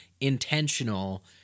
intentional